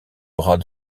bras